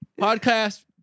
Podcast